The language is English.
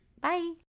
Bye